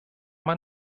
man